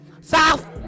South